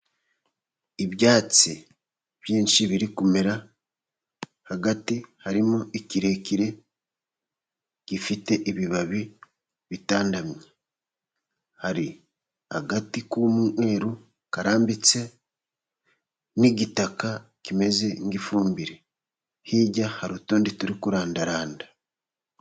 Ibyatsi byinshi biri kumera, hagati harimo ikirekire gifite ibibabi bitandamye. Hari agati k'umweru karambitse, n'igitaka kimeze nk'ifumbire. Hirya hari utundi turi kurandaranda.